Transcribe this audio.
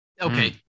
Okay